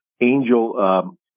angel